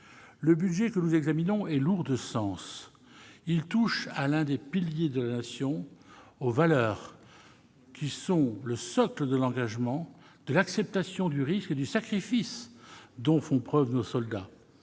Le budget que nous examinons est lourd de sens. Il touche à l'un des piliers de la Nation, aux valeurs qui sont le socle de l'engagement, de l'acceptation du risque et du sacrifice dont font preuve nos soldats.